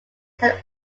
can